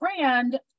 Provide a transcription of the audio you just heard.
brand